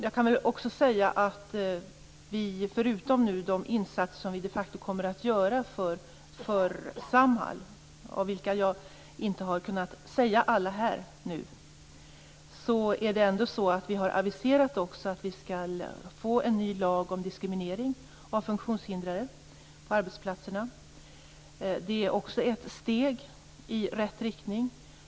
Jag kan också säga att vi förutom de insatser som vi faktiskt kommer att göra för Samhall - jag har nu inte kunnat nämna alla här - har aviserat en ny lag om diskriminering av funktionshindrade på arbetsplatserna. Det är också ett steg i rätt riktning.